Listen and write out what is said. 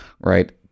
right